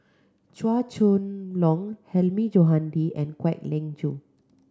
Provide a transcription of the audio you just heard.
Chua Chong Long Hilmi Johandi and Kwek Leng Joo